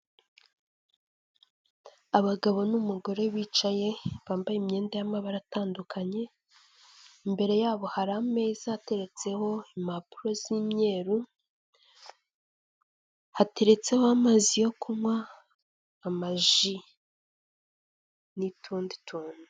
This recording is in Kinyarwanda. Abagabo n'umugore bicaye bambaye imyenda y'amabara atandukanye, imbere yabo hari ameza ateretseho impapuro z'imyeru, hateretseho amazi yo kunywa, amaji n'utundi tuntu.